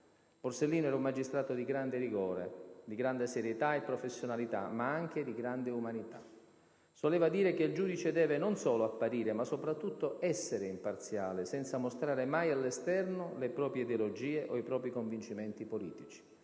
Borsellino era un magistrato di grande rigore, di grande serietà e professionalità, ma anche di grande umanità. Soleva dire che il giudice deve non solo apparire, ma soprattutto essere imparziale, senza mostrare mai all'esterno le proprie ideologie o i propri convincimenti politici.